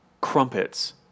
Crumpets